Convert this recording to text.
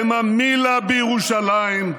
בממילא בירושלים,